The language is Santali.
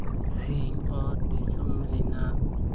ᱥᱤᱧ ᱚᱛ ᱫᱤᱥᱚᱢ ᱨᱮᱱᱟᱜ